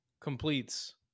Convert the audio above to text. completes